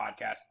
podcast